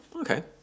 okay